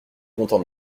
content